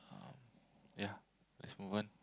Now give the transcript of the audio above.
um yeah let's move on